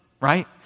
Right